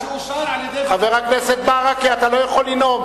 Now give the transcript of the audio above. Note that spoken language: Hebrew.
חבר הכנסת ברכה, אתה לא יכול לנאום.